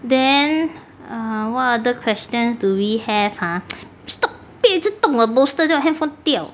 then err what other questions do we have ah stop 不要一直懂我的 bolster 等一下我的 handphone 掉